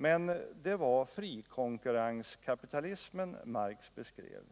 Men det var frikonkurrenskapitalismen Marx beskrev,